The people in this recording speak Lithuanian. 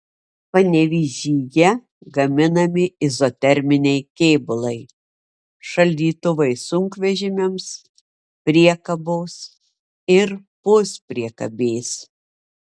panevėžyje gaminami izoterminiai kėbulai šaldytuvai sunkvežimiams priekabos ir puspriekabės